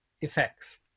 effects